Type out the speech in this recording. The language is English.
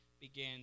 began